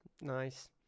Nice